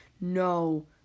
No